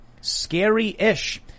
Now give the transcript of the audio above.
Scary-ish